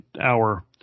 hour